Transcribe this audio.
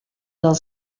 del